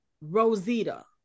Rosita